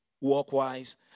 work-wise